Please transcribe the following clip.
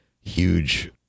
huge